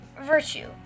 virtue